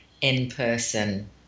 in-person